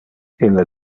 ille